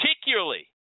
particularly